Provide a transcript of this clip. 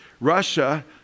Russia